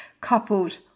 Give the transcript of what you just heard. coupled